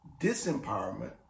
disempowerment